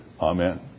Amen